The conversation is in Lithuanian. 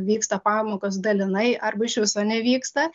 vyksta pamokos dalinai arba iš viso nevyksta